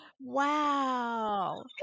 Wow